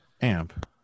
amp